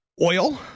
Oil